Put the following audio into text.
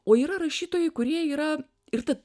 o yra rašytojai kurie yra ir ta